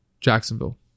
Jacksonville